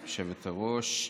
היושבת-ראש,